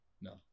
No